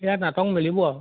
ইয়াত নাটক মেলিব আৰু